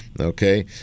Okay